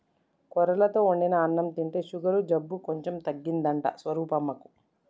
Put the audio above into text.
కొర్రలతో వండిన అన్నం తింటే షుగరు జబ్బు కొంచెం తగ్గిందంట స్వరూపమ్మకు